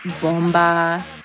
bomba